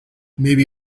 maybe